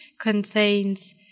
contains